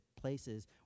places